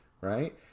Right